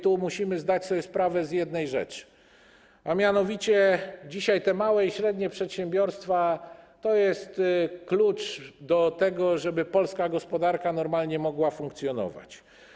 Tu musimy zdać sobie sprawę z jednej rzeczy, że mianowicie dzisiaj te małe i średnie przedsiębiorstwa to jest klucz do tego, żeby polska gospodarka normalnie mogła funkcjonować.